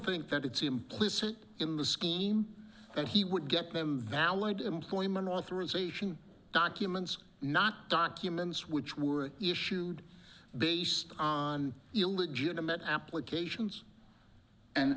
think that it's implicit in the scheme that he would get them valid employment authorization documents not documents which were issued based on illegitimate applications and